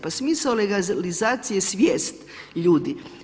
Pa smisao legalizacije je svijest ljudi.